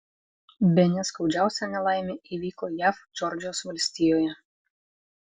bene skaudžiausia nelaimė įvyko jav džordžijos valstijoje